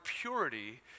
purity